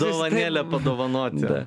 dovanėlę padovanoti